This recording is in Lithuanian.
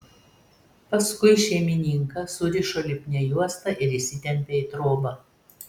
paskui šeimininką surišo lipnia juosta ir įsitempė į trobą